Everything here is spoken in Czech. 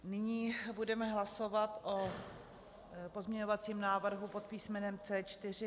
Nyní budeme hlasovat o pozměňovacím návrhu pod písmenem C4.